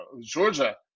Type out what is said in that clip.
Georgia